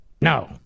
No